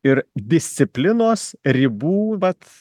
ir disciplinos ribų vat